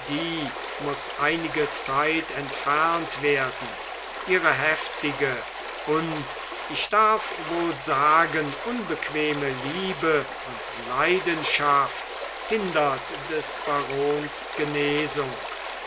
muß einige zeit entfernt werden ihre heftige und ich darf wohl sagen unbequeme liebe und leidenschaft hindert des barons genesung